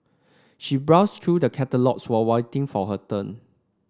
she browsed through the catalogues while waiting for her turn